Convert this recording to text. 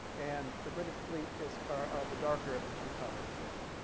and the british fleet is are the darker of the two colors there.